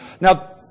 Now